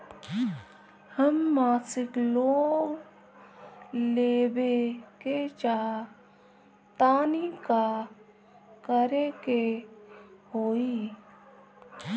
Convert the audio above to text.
हम मासिक लोन लेवे के चाह तानि का करे के होई?